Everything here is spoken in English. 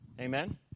Amen